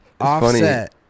Offset